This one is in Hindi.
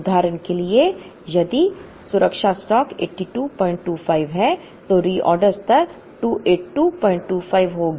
उदाहरण के लिए यदि सुरक्षा स्टॉक 8225 है तो रिऑर्डर स्तर 28225 हो गया